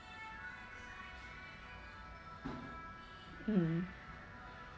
mm